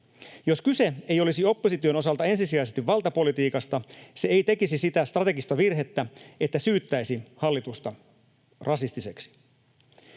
Jos kyse ei olisi opposition osalta ensisijaisesti valtapolitiikasta, se ei tekisi sitä strategista virhettä, että syyttäisi hallitusta rasistiseksi.